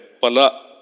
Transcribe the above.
Pala